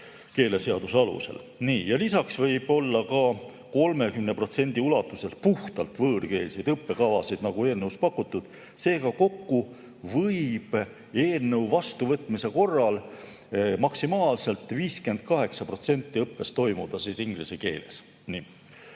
võõrkeeles. Lisaks võib olla 30% ulatuses puhtalt võõrkeelseid õppekavasid, nagu eelnõus pakutud. Seega, kokku võib eelnõu vastuvõtmise korral maksimaalselt 58% õppest toimuda inglise keeles.